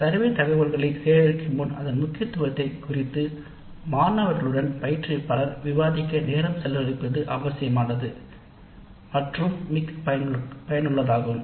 survey டேட்டாவை சேகரிக்கும் முன் அதன் முக்கியத்துவத்தை குறித்து மாணவர்களுடன் பயிற்றுவிப்பாளர் நேரம் செலவழிக்க வேண்டும்